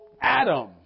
Adam